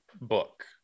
book